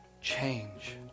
Change